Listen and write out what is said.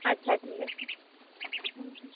আচ্ছা ঠিক আছে হুম হুম